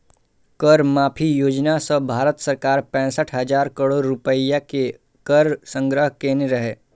कर माफी योजना सं भारत सरकार पैंसठ हजार करोड़ रुपैया के कर संग्रह केने रहै